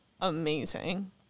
amazing